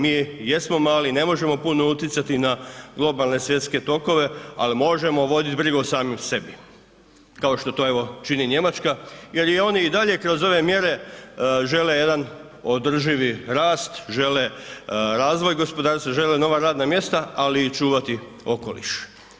Mi jesmo mali i ne možemo puno utjecati na globalne svjetske tokove, ali možemo voditi brigu samim sebi kao što to evo čini Njemačka jer i oni i dalje kroz ove mjere žele jedan održivi rast, žele razvoj gospodarstva, žele nova radna mjesta, ali i čuvati okoliš.